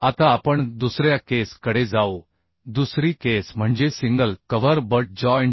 आता आपण दुसऱ्या केस कडे जाऊ दुसरी केस म्हणजे सिंगल कव्हर बट जॉइंट